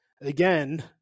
again